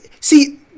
see